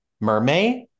Mermaid